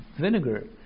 vinegar